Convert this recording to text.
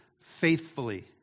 faithfully